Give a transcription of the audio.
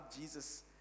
jesus